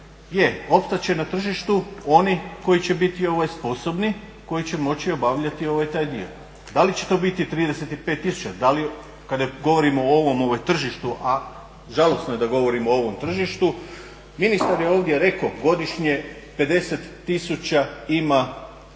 Je, opstat će na tržištu oni koji će biti sposobni, koji će moći obavljati taj dio. Da li će to biti 35 tisuća, da li, kada govorimo o ovome, o ovom tržištu, a žalosno je da govorimo o ovom tržištu, ministar je ovdje rekao, godišnje 50 tisuća